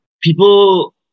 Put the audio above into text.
people